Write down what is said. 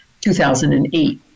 2008